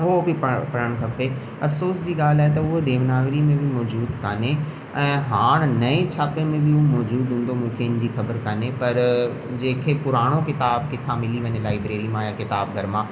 उहो बि पढ़ पढ़णु खपे अफ़सोस जी ॻाल्हि आहे त हो देवनागिरी में बि मौज़ूदु कान्हे ऐं हाणे नएं छापे में बि उहो मौज़ूदु हूंदो मूंखे हिन जी ख़बर काने पर जेके पुराणो किताब किथां मिली वञे लाएब्रेरी मां या किताब घर मां